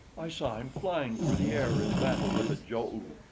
i saw him flying through the air in battle with a jo-oo.